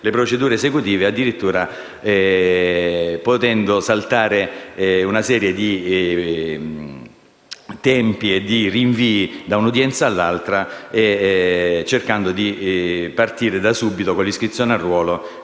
le procedure esecutive, addirittura potendo evitare una serie di rinvii da una udienza all'altra e cercando di partire da subito con l'iscrizione a ruolo,